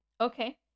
Okay